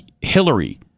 Hillary